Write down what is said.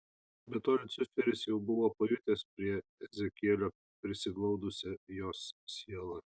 be to liuciferis jau buvo pajutęs prie ezekielio prisiglaudusią jos sielą